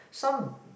some